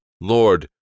Lord